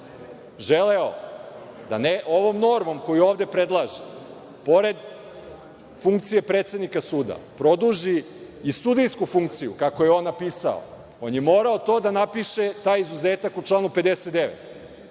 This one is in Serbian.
želeo da ovom normom koju ovde predlaže, pored funkcije predsednika suda produži i sudijsku funkciju kako je on napisao. On je morao to da napiše taj izuzetak u članu 59,